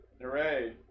Hooray